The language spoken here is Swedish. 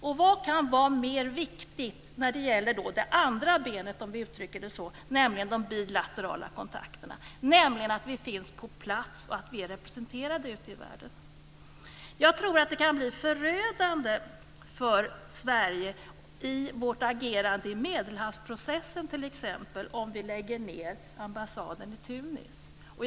Och vad kan vara mer viktigt när det gäller det andra benet, om vi uttrycker det så, nämligen de bilaterala kontakterna, än att vi finns på plats och är representerade ute i världen? Jag tror att det t.ex. kan bli förödande för Sverige i vårt agerande i Medelhavsprocessen om vi lägger ned ambassaden i Tunis.